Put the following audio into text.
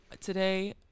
today